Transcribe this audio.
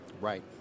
Right